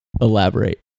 Elaborate